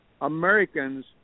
americans